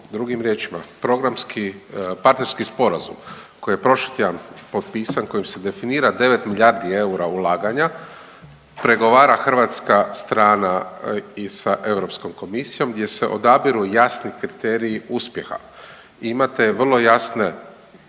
programski, partnerski sporazum koji je prošli tjedan potpisan, kojim se definira 9 milijardi eura ulaganja, pregovara hrvatska strana i sa EU komisijom gdje se odabiru jasni kriteriji uspjeha. Imate vrlo jasne